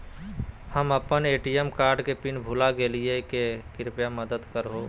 हम अप्पन ATM card के पिन भुला गेलिओ हे कृपया मदद कर हो